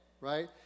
right